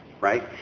right